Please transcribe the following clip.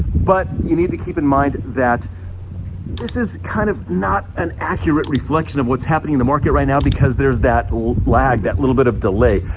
but you need to keep in mind that this is kind of not an accurate reflection of what's happening in the market right now because there's that lag, that little bit of delay,